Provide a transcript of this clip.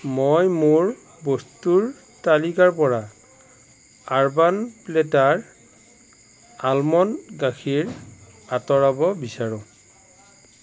মই মোৰ বস্তুৰ তালিকাৰ পৰা আৰ্বান প্লেটাৰ আলমণ্ড গাখীৰ আঁতৰাব বিচাৰো